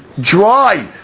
dry